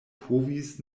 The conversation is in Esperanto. povis